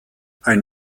ein